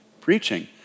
preaching